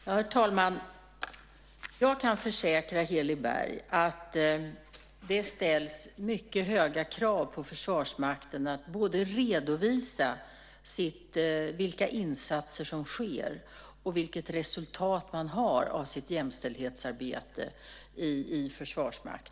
Herr talman! Jag kan försäkra Heli Berg att det ställs mycket höga krav på Försvarsmakten att både redovisa vilka insatser som sker och vilket resultat man uppnår med sitt jämställdhetsarbete.